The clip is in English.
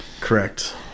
Correct